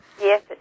Yes